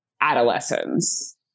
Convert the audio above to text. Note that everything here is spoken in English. adolescents